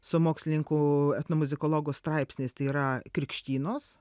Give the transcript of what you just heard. su mokslininkų etnomuzikologų straipsniais tai yra krikštynos